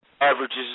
averages